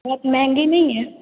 बहुत महँगी नहीं है